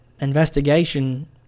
investigation